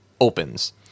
opens